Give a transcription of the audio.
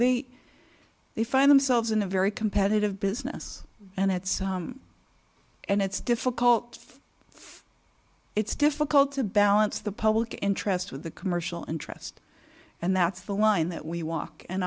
they they find themselves in a very competitive business and that's and it's difficult it's difficult to balance the public interest with the commercial interest and that's the line that we walk and